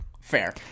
fair